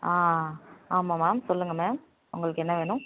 ஆ ஆமாம் மேம் சொல்லுங்கள் மேம் உங்களுக்கு என்ன வேணும்